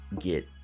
get